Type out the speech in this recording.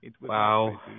Wow